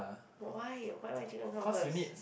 why why why chicken come first